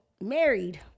married